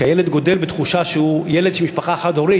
כי הילד גדל בתחושה שהוא ילד של משפחה חד-הורית,